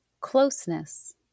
closeness